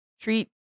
Treat